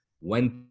Went